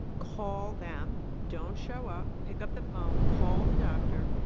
call them, don't show up, pick up the phone, call the doctor,